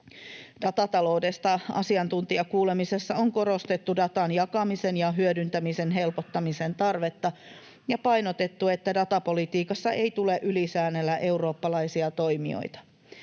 Datataloudesta asiantuntijakuulemisessa on korostettu datan jakamisen ja hyödyntämisen helpottamisen tarvetta ja painotettu, että datapolitiikassa ei tule ylisäännellä eurooppalaisia toimijoita.